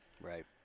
Right